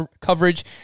coverage